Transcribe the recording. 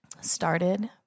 started